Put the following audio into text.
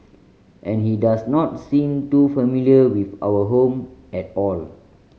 and he does not seem too familiar with our home at all